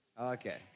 Okay